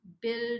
build